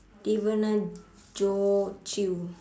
devona joe chew